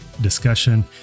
discussion